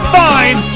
fine